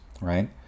right